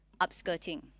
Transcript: upskirting